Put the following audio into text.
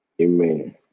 Amen